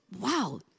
Wow